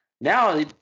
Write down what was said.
Now –